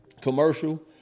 commercial